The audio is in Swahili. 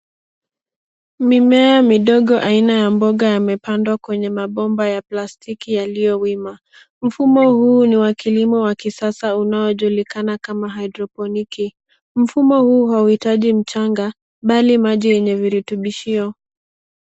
Mimea midogo aina ya mboga yamepandwa kwenye mabomba ya plastiki yaliyo wima mfumo huu ni wa kilimo wa kisasa unaojulikana kama haidroponiki. Mfumo huu hauitaji mchanga bali yenye virutubishio.